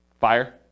Fire